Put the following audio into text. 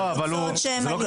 הקבוצות.